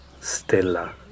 Stella